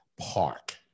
park